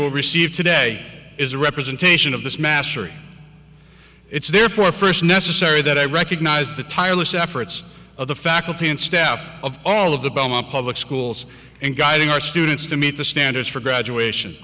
will receive today is a representation of this mastery it's therefore first necessary that i recognize the tireless efforts of the faculty and staff of all of the public schools in guiding our students to meet the standards for graduation